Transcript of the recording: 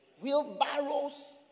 wheelbarrows